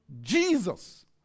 Jesus